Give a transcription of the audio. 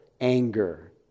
anger